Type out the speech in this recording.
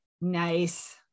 Nice